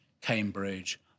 Cambridge